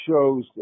shows